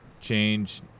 change